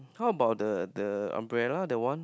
how about the the umbrella the one